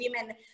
women